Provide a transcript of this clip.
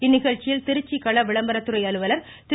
இந்நிகழ்ச்சியில் திருச்சி களவிளம்பர அலுவலர் திரு